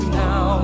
now